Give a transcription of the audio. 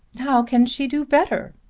how can she do better?